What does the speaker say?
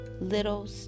Little